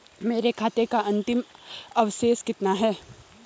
मेरे खाते का अंतिम अवशेष कितना है?